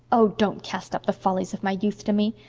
oh, don't cast up the follies of my youth to me.